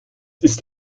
ist